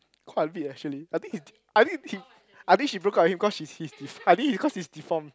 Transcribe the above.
quite a bit eh actually a bit I think he I think he I think she broke up with him cause she he's de~ I think he cause he's deformed